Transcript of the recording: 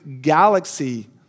galaxy